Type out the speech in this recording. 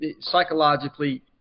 psychologically